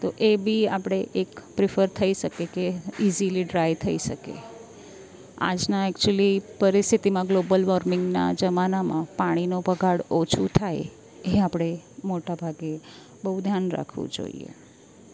તો એ બી આપણે એક પ્રીફર થઈ શકે કે ઇઝીલી ડ્રાઇ થઈ શકે આજના એક્ચુઅલ્લી પરિસ્થિતિમાં ગ્લોબલ વોર્મિંગના જમાનામાં પાણીનો બગાડ ઓછું થાય એ આપણે મોટા ભાગે બહુ ધ્યાન રાખવું જોઈએ